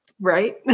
right